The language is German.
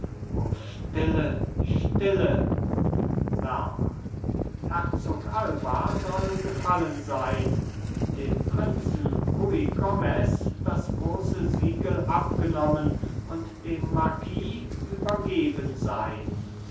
stille stille lerma herzog alba soll gefallen sein dem prinzen ruy gomez das große siegel abgenommen und dem marquis übergeben sein